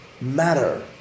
matter